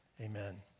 Amen